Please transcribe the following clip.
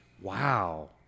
Wow